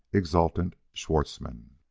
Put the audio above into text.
exultant schwartzmann.